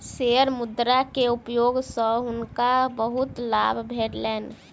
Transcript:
share मुद्रा के उपयोग सॅ हुनका बहुत लाभ भेलैन